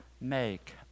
make